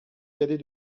cadet